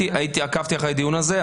עקבתי אחרי הדיון הזה.